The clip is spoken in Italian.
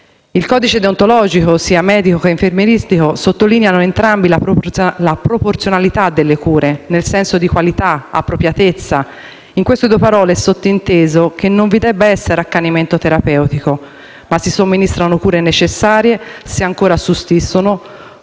I codici deontologici, sia quello medico che quello infermieristico, sottolineano la proporzionalità delle cure, nel senso della qualità e dell'appropriatezza: in queste due parole è sottinteso che non vi debba essere accanimento terapeutico, ma la somministrazione di cure necessarie - se ancora esistono